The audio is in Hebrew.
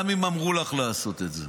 גם אם אמרו לך לעשות את זה.